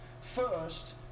First